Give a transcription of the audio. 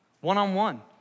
one-on-one